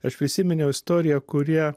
aš prisiminiau istoriją kurią